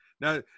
Now